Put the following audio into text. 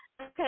Okay